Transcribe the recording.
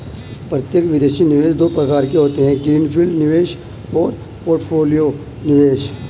प्रत्यक्ष विदेशी निवेश दो प्रकार के होते है ग्रीन फील्ड निवेश और पोर्टफोलियो निवेश